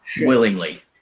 willingly